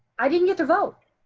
i didn't get to vote.